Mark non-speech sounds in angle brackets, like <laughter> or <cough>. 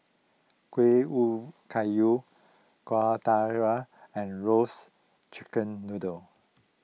Kueh <unintelligible> Kayu Kueh Dadar and Roasted Chicken Noodle